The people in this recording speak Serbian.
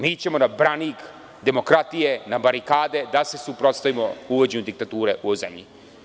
Mi ćemo na branik demokratije, na barikade da se suprotstavimo uvođenju diktature u zemlji.